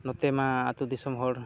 ᱱᱚᱛᱮᱢᱟ ᱟᱛᱳ ᱫᱤᱥᱚᱢ ᱦᱚᱲ